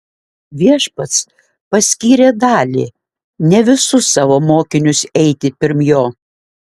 viešpats paskyrė dalį ne visus savo mokinius eiti pirm jo